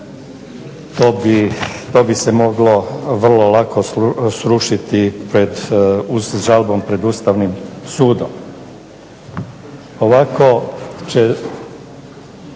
to bi se moglo vrlo lako srušiti žalbom pred Ustavnim sudom.